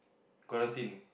quarantine